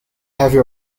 heavy